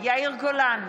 יאיר גולן,